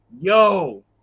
Yo